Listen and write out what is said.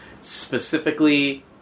specifically